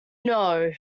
know